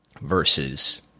versus